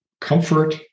comfort